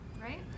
right